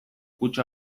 kutxa